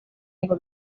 ngo